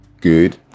good